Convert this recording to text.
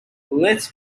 let